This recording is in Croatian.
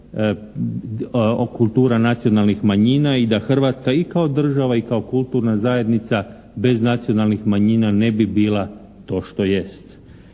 kultura nacionalnih manjina i da Hrvatska i kao država i kao kulturna zajednica bez nacionalnih manjina ne bi bila to što jest.